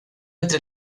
entre